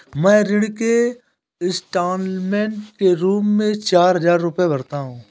मैं ऋण के इन्स्टालमेंट के रूप में चार हजार रुपए भरता हूँ